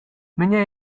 mnie